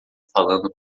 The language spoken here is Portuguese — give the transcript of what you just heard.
falando